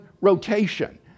rotation